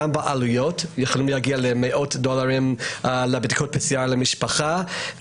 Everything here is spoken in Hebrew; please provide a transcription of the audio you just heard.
גם בעלויות כאשר יכולים להגיע למאות דולרים למשפחה עבור בדיקות